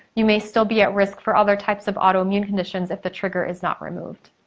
you may still be at risk for other types of auto-immune conditions if the trigger is not removed.